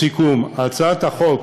לסיכום, הצעת החוק